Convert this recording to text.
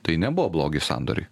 tai nebuvo blogi sandoriai